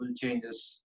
changes